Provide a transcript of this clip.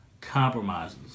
compromises